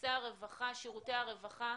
בנושא הרווחה, שירותי הרווחה.